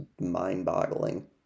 mind-boggling